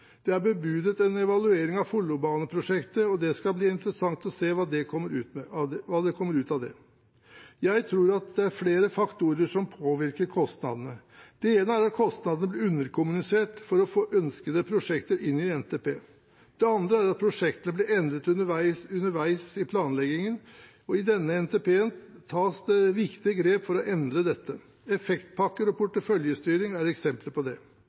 Det er bebudet en evaluering av Follobaneprosjektet, og det skal bli interessant å se hva som kommer ut av det. Jeg tror det er flere faktorer som påvirker kostnadene. Den ene er at kostnadene blir underkommunisert for å få ønskede prosjekter inn i NTP. Den andre er at prosjektene blir endret underveis i planleggingen. I denne NTP-en tas det viktige grep for å endre dette. Effektpakker og porteføljestyring er eksempler på det.